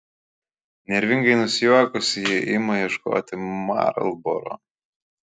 nervingai nusijuokusi ji ima ieškoti marlboro